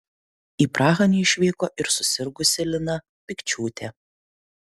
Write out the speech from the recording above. į prahą neišvyko ir susirgusi lina pikčiūtė